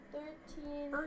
Thirteen